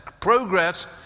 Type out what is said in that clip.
progress